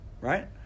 right